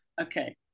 okay